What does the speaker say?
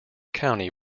county